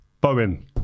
Bowen